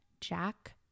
Jack